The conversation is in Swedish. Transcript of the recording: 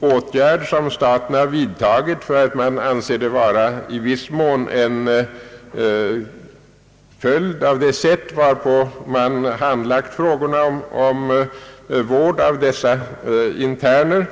åtgärd som staten vidtagit, enär man anser att skadan i viss mån är en följd av det sätt på vilket man ordnat vården av dessa interner.